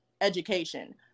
education